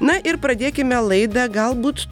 na ir pradėkime laidą galbūt